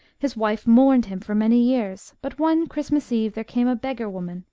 his wife mourned him for many years, but, one christmas-eve, there came a beggar-woman,